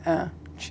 uh